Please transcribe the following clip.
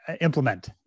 implement